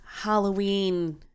Halloween